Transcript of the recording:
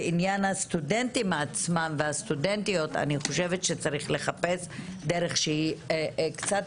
בעניין הסטודנטים והסטודנטיות צריך לחפש דרך קצת